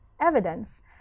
evidence